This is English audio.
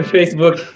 Facebook